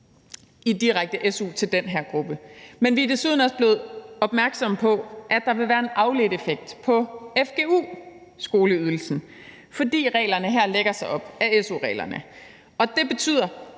i direkte su til den her gruppe, men vi er desuden også blevet opmærksomme på, at der vil være en afledt effekt på fgu-skoleydelsen, fordi reglerne her lægger sig op ad su-reglerne, og det betyder,